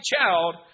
child